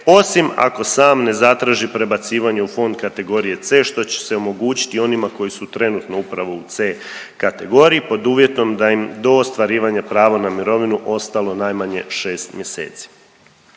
osim ako sam ne zatraži prebacivanje u fond kategorije C što će se omogućiti onima koji su trenutno upravo u C kategoriji, pod uvjetom da im do ostvarivanje prava na mirovinu ostalo najmanje šest mjeseci.